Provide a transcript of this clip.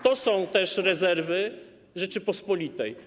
To są też rezerwy Rzeczypospolitej.